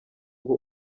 ngo